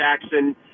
Jackson